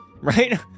right